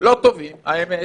לא טובים, האמת